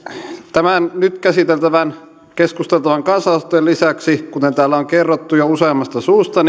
tämän nyt käsiteltävän keskustan tuoman kansalaisaloitteen lisäksi kuten täällä on kerrottu jo useammasta suusta